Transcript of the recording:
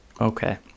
Okay